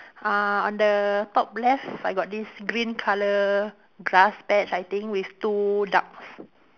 uh on the top left I got this green colour grass patch I think with two ducks